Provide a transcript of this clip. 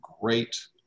great